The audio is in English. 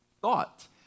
thought